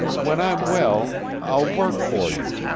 when i'm well i'll work for you!